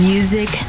Music